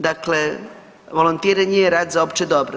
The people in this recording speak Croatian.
Dakle, volontiranje je rad za opće dobro.